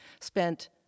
spent